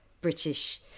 British